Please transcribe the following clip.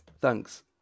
thanks